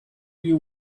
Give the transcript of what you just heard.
you